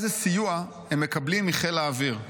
איזה סיוע הם מקבלים מחיל האוויר,